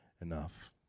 enough